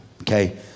Okay